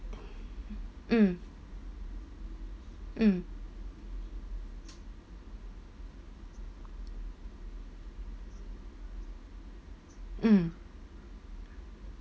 mm mm mm